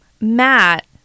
Matt